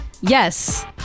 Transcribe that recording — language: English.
yes